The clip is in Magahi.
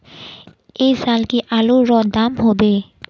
ऐ साल की आलूर र दाम होबे?